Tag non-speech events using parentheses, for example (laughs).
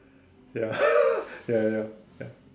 ya (laughs) ya ya ya ya